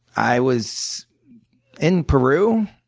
i was in peru.